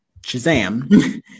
Shazam